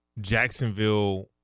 Jacksonville